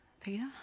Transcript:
peter